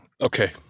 Okay